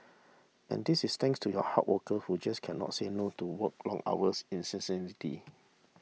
and this is thanks to you hard worker who just cannot say no to working long hours incessantly